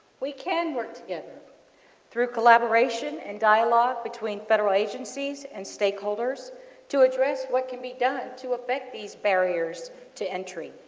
we can work together through collaboration and dialogue between federal agencies and stakeholders to address what could be done to affect these barriers to entry.